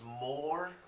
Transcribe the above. more